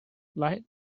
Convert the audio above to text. light